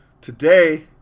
Today